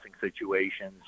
situations